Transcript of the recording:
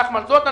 נחמן זולטן,